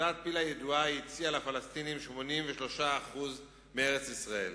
ועדת-פיל הידועה הציעה לפלסטינים 83% מארץ-ישראל